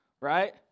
Right